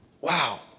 Wow